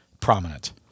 prominent